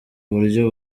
buryo